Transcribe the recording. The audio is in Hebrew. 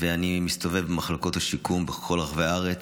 ואני מסתובב במחלקות השיקום בכל רחבי הארץ,